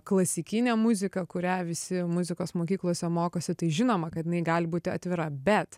klasikinė muzika kurią visi muzikos mokyklose mokosi tai žinoma kad jinai gali būti atvira bet